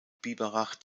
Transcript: biberach